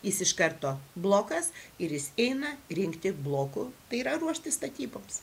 jis iš karto blokas ir jis eina rinkti blokų tai yra ruoštis statyboms